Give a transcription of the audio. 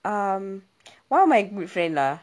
um one of my good friend lah